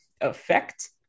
effect